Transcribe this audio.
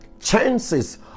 chances